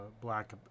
black